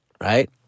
right